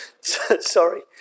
Sorry